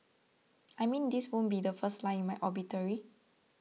I mean this wouldn't be the first line in my obituary